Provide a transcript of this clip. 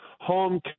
home